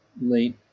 late